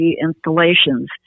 installations